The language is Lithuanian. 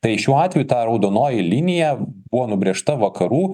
tai šiuo atveju ta raudonoji linija buvo nubrėžta vakarų